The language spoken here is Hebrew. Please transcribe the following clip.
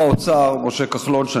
אני בטוח ששר האוצר משה כחלון,